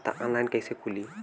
खाता ऑनलाइन कइसे खुली?